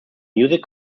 music